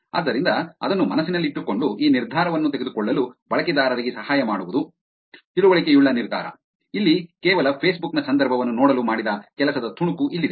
ಆದ್ದರಿಂದ ಅದನ್ನು ಮನಸ್ಸಿನಲ್ಲಿಟ್ಟುಕೊಂಡು ಈ ನಿರ್ಧಾರವನ್ನು ತೆಗೆದುಕೊಳ್ಳಲು ಬಳಕೆದಾರರಿಗೆ ಸಹಾಯ ಮಾಡುವುದು ತಿಳುವಳಿಕೆಯುಳ್ಳ ನಿರ್ಧಾರ ಇಲ್ಲಿ ಕೇವಲ ಫೇಸ್ಬುಕ್ ನ ಸಂದರ್ಭವನ್ನು ನೋಡಲು ಮಾಡಿದ ಕೆಲಸದ ತುಣುಕು ಇಲ್ಲಿದೆ